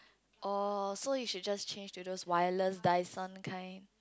oh so you should just change to those wireless Dyson kind